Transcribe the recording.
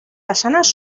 façanes